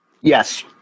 Yes